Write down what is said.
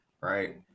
right